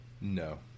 No